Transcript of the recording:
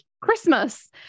Christmas